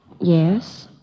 yes